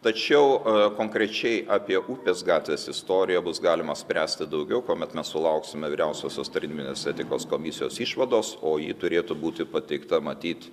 tačiau konkrečiai apie upės gatvės istoriją bus galima spręsti daugiau kuomet mes sulauksime vyriausiosios tarnybinės etikos komisijos išvados o ji turėtų būti pateikta matyt